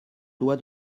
loi